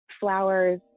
flowers